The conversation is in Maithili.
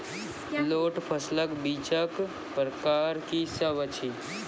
लोत फसलक बीजक प्रकार की सब अछि?